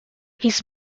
his